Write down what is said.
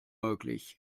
möglich